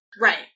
right